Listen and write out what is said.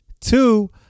Two